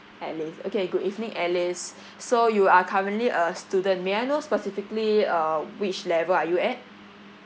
alice okay good evening alice so you are currently a student may I know specifically uh which level are you at